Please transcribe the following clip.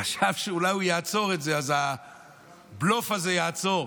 חשב שאולי הוא יעצור את זה, אז הבלוף הזה יעצור.